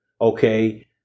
okay